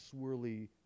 swirly